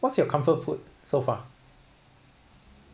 what's your comfort food so far